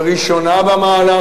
וראשונה במעלה,